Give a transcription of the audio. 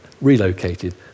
relocated